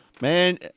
man